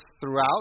throughout